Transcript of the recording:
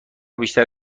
بیشتر